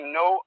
no